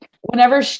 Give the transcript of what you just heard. whenever